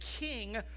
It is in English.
king